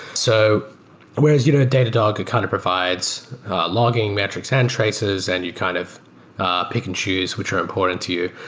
so whereas you know datadog and kind of provides logging metrics and traces and you kind of ah pick and choose which are important to you.